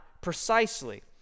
precisely